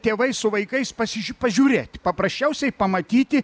tėvai su vaikais pasižiū pažiūrėt paprasčiausiai pamatyti